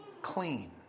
clean